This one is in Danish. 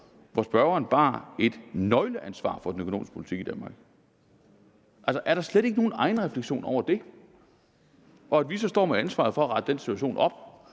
hvor spørgeren bar et nøgleansvar for den økonomiske politik i Danmark? Er der slet ikke nogen egenrefleksioner over det? Vi står så med ansvaret for at rette den situation op